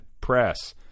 press